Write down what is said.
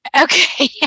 Okay